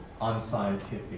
unscientific